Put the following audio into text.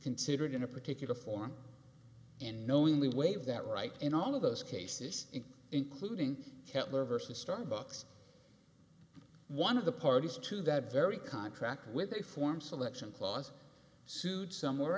considered in a particular form and knowingly waive that right in all of those cases including kettler versus starbucks one of the parties to that very contract with a form selection clause sued somewhere